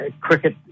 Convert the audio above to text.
cricket